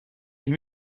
est